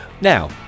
now